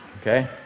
Okay